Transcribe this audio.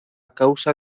causa